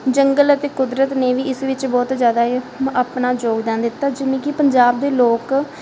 ਜੰਗਲ ਅਤੇ ਕੁਦਰਤ ਨੇ ਵੀ ਇਸ ਵਿੱਚ ਬਹੁਤ ਜ਼ਿਆਦਾ ਇਹ ਪ ਆਪਣਾ ਯੋਗਦਾਨ ਦਿੱਤਾ ਜਿਵੇਂ ਕਿ ਪੰਜਾਬ ਦੇ ਲੋਕ